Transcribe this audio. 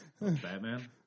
Batman